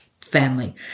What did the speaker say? family